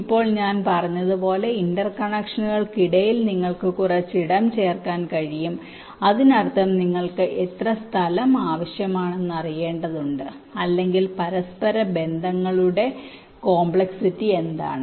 ഇപ്പോൾ ഞാൻ പറഞ്ഞതുപോലെ ഇന്റർകണക്ഷനുകൾക്ക് ഇടയിൽ നിങ്ങൾക്ക് കുറച്ച് ഇടം ചേർക്കാനും കഴിയും അതിനർത്ഥം നിങ്ങൾക്ക് എത്ര സ്ഥലം ആവശ്യമാണെന്ന് അറിയേണ്ടതുണ്ട് അല്ലെങ്കിൽ പരസ്പരബന്ധങ്ങളുടെ കോംപ്ലക്സിറ്റി എന്താണ്